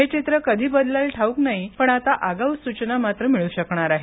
हे चित्र कधी बदललेल ठाउक नाही पण आता आगाऊ सूचना मात्र मिळू शकणार आहे